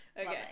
okay